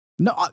No